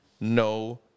no